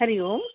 हरिः ओम्